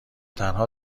تنها